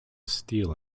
steal